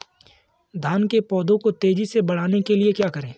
धान के पौधे को तेजी से बढ़ाने के लिए क्या करें?